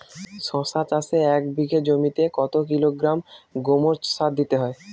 শশা চাষে এক বিঘে জমিতে কত কিলোগ্রাম গোমোর সার দিতে হয়?